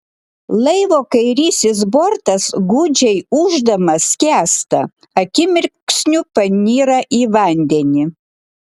laivo kairysis bortas gūdžiai ūždamas skęsta akimirksniu panyra į vandenį